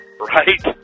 right